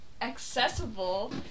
accessible